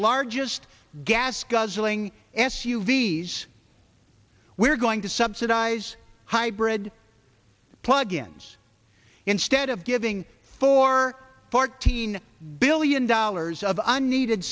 largest gas guzzling s u v s we're going to subsidize hybrid plug ins instead of giving for fourteen billion dollars of unneeded